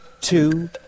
two